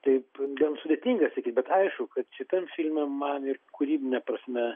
taip gan sudėtinga sakyti bet aišku kad šitam filme man ir kūrybine prasme